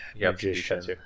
magician